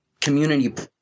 Community